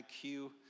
IQ